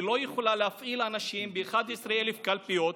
לא יכולה להפעיל אנשים ב-11,000 קלפיות,